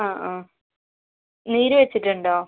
അ ആ നീര് വെച്ചിട്ടുണ്ടോ